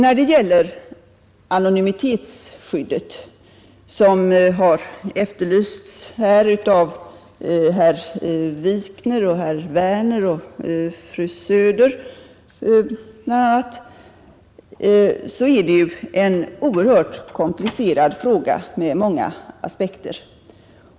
Frågan om anonymitetsskyddet, som berörts av bl.a. herr Wikner, herr Werner i Malmö och fru Söder, är komplicerad och har många aspekter.